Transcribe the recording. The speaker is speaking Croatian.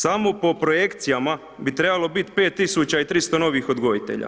Samo po projekcijama bi trebalo biti 5300 novih odgojitelja.